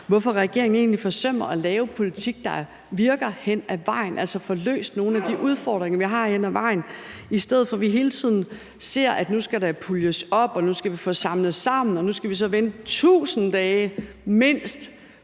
hvorfor regeringen egentlig forsømmer at lave politik, der virker hen ad vejen, altså får løst nogle af de udfordringer, vi har, hen ad vejen – i stedet for at vi hele tiden ser, at der nu skal puljes op, og at vi nu skal få samlet sammen. Og nu skal vi så vente 1.000 dage – mindst